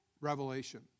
revelation